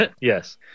Yes